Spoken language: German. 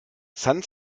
san